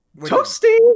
Toasty